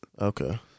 Okay